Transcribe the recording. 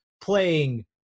playing –